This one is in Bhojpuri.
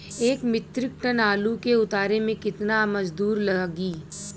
एक मित्रिक टन आलू के उतारे मे कितना मजदूर लागि?